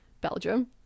Belgium